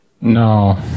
no